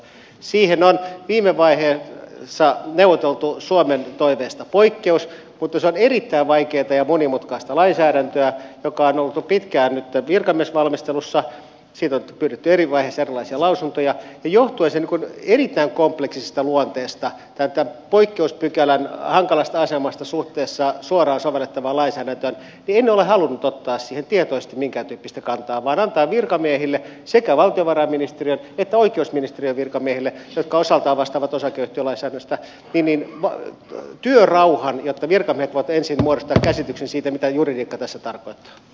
siihen on viime vaiheessa neuvoteltu suomen toiveesta poikkeus mutta se on erittäin vaikeata ja monimutkaista lainsäädäntöä joka on ollut nyt jo pitkään virkamiesvalmistelussa siitä on pyydetty eri vaiheissa erilaisia lausuntoja ja johtuen sen erittäin kompleksisesta luonteesta tai tämän poikkeuspykälän hankalasta asemasta suhteessa suoraan sovellettavaan lainsäädäntöön en ole halunnut ottaa siihen tietoisesti minkääntyyppistä kantaa vaan antaa virkamiehille sekä valtiovarainministeriön että oikeusministeriön virkamiehille jotka osaltaan vastaavat osakeyhtiölainsäädännöstä työrauhan jotta virkamiehet voivat ensin muodostaa käsityksen siitä mitä juridiikka tässä tarkoittaa